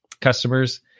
customers